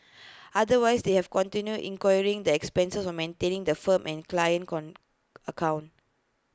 otherwise they have continue incurring the expenses of maintaining the firm and client con account